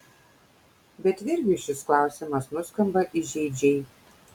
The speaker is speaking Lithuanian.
bet virgiui šis klausimas nuskamba įžeidžiai